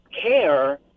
care